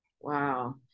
Wow